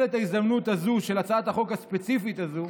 את ההזדמנות הזאת של הצעת החוק הספציפית הזאת